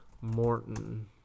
Morton